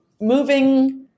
moving